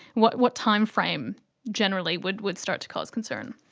what what timeframe generally would would start to cause concern?